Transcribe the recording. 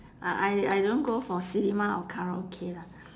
uh I I don't go for cinema or karaoke lah